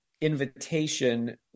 invitation